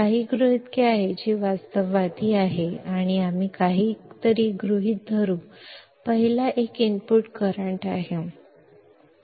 काही गृहितके आहेत जी वास्तववादी आहेत आणि आम्ही काहीतरी गृहीत धरू पहिला एक 0 इनपुट करंट आहे